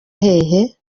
hehe